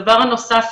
הדבר הנוסף,